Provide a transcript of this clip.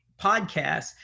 podcast